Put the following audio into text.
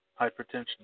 Hypertension